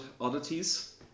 oddities